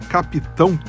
Capitão